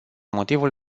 motivul